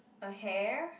a hare